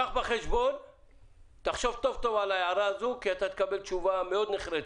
כך שזה יהיה ארבעה מכלים גדולים.